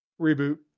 Reboot